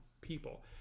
people